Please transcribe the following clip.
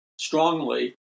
strongly